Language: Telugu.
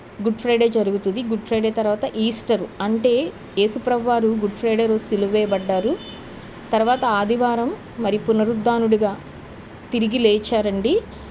గుడ్ ఫ్రైడే జరుగుతుంది గుడ్ ఫ్రైడే తరువాత ఈస్టరు అంటే యేసు ప్రభువారు గుడ్ ఫ్రైడే రోజు సిలువ వేయబడ్డారు తరువాత ఆదివారం మరి పునరుద్దానుడిగా తిరిగి లేచారు అండి